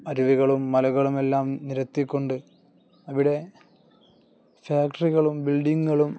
അരുവികളും മലകളും എല്ലാം നിരത്തിക്കൊണ്ട് അവിടെ ഫാക്ടറികളും ബിൽഡിംഗുകളും